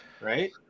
right